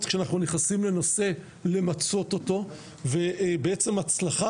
כשאנחנו נכנסים לנושא למצות אותו ובעצם הצלחה,